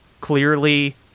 clearly